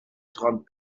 trente